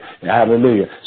Hallelujah